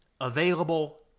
available